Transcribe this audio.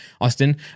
Austin